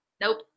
Nope